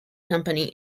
company